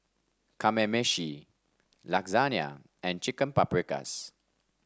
Kamameshi Lasagne and Chicken Paprikas